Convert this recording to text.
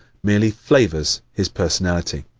merely flavors his personality.